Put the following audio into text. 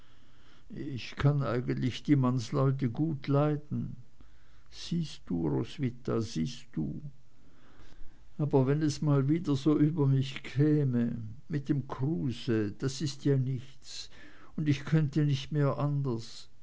ich kann eigentlich die mannsleute gut leiden siehst du roswitha siehst du aber wenn es mal wieder so über mich käme mit dem kruse das is ja nichts und ich könnte nicht mehr anders